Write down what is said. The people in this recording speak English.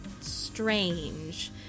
strange